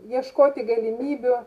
ieškoti galimybių